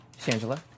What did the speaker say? Shangela